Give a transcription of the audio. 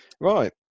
Right